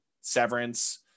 Severance